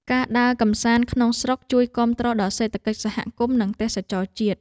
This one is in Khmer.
ការដើរកម្សាន្តក្នុងស្រុក ជួយគាំទ្រដល់សេដ្ឋកិច្ចសហគមន៍ និងទេសចរណ៍ជាតិ។